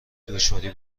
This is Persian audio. دشواری